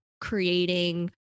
creating